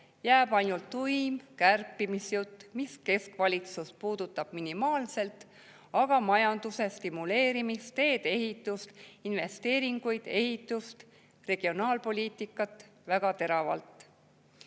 Jääb ainult tuim kärpimisjutt, mis keskvalitsust puudutab minimaalselt, aga majanduse stimuleerimist, tee‑ehitust, investeeringuid, ehitust, regionaalpoliitikat väga